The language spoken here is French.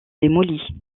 démolies